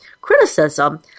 criticism